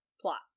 plot